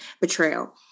betrayal